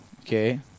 okay